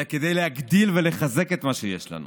אלא כדי להגדיל ולחזק את מה שיש לנו.